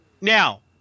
now